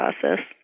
process